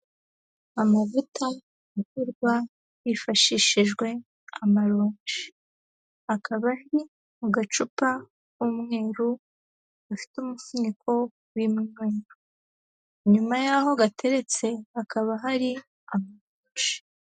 Amavuta akorwa hifashishijwe amaronji, akaba ari mu gacupa k'umweru gafite umufuniko w'umweru, inyuma yaho gateretse hakaba hari amaronji.